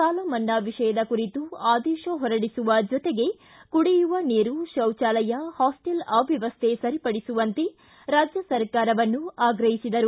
ಸಾಲ ಮನ್ನಾ ವಿಷಯದ ಕುರಿತು ಆದೇಶ ಹೊರಡಿಸುವ ಜೊತೆಗೆ ಕುಡಿಯುವ ನೀರು ಶೌಚಾಲಯ ಹಾಸ್ಟೆಲ್ ಅವ್ಯವಸ್ಥೆ ಸರಿಪಡಿಸುವಂತೆ ರಾಜ್ಯ ಸರ್ಕಾರವನ್ನು ಆಗ್ರಹಿಸಿದರು